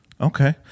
okay